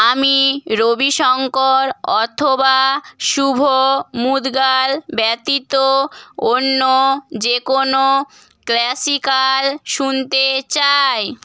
আমি রবি শঙ্কর অথবা শুভা মুদ্গল ব্যতীত অন্য যে কোনও ক্লাসিক্যাল শুনতে চাই